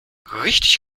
richtig